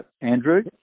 Andrew